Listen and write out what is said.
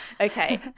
okay